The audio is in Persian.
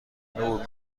نور